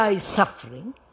suffering